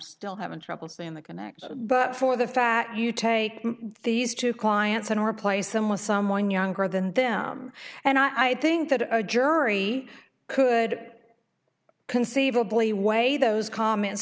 still having trouble seeing the connection but for the fact you take these two clients and replace them with someone younger than them and i think that a jury could conceivably weigh those comments